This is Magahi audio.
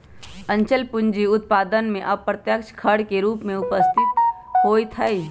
अचल पूंजी उत्पादन में अप्रत्यक्ष खर्च के रूप में उपस्थित होइत हइ